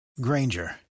Granger